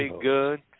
Good